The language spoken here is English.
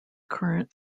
current